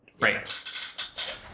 Right